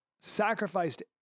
sacrificed